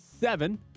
seven